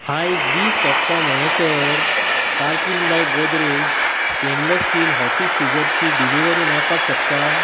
आयज दीस सोंपता म्हणसर कार्टीन by Godrej stainless steel office सिजरची डिलिवरी मेळपाक शकत